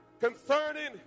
concerning